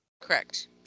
Correct